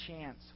chance